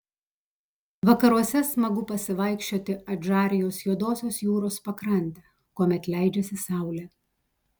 vakaruose smagu pasivaikščioti adžarijos juodosios jūros pakrante kuomet leidžiasi saulė